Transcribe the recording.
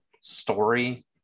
story